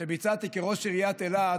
שביצעתי כראש עיריית אילת